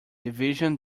division